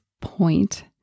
point